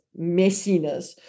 messiness